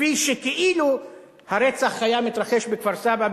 כאילו הרצח היה מתרחש בכפר-סבא,